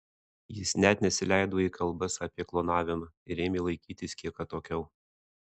jis net nesileido į kalbas apie klonavimą ir ėmė laikytis kiek atokiau